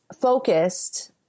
focused